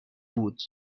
بود